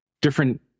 different